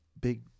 big